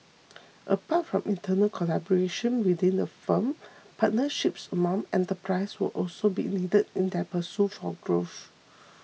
apart from internal collaboration within the firm partnerships among enterprises will also be needed in their pursuit for growth